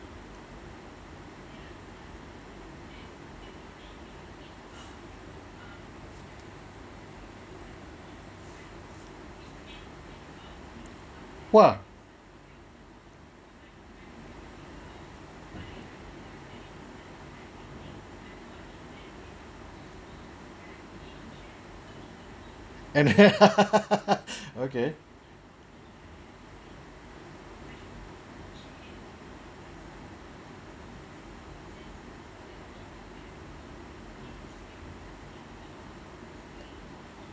!wah! and okay